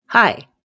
Hi